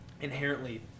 inherently